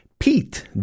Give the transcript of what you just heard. Pete